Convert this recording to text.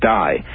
die